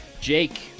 jake